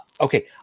Okay